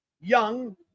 Young